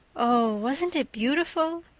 oh, wasn't it beautiful?